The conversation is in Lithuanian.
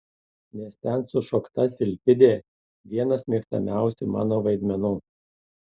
nes ten sušokta silfidė vienas mėgstamiausių mano vaidmenų